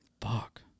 Fuck